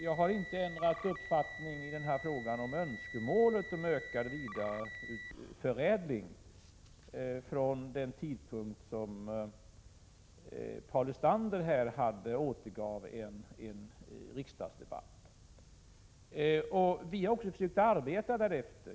Jag har inte ändrat uppfattning om önskemålet om ökad vidareförädling sedan den riksdagsdebatt Paul Lestander tog upp. Vi har också försökt arbeta efter detta.